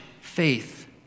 faith